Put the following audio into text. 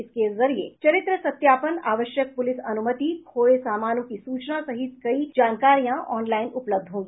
इसके जरिए चरित्र सत्यापन आवश्यक प्रलिस अनुमति खोये समानों की सूचना सहित कई जानकारियां ऑनलाइन उपलब्ध होगी